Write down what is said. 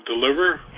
deliver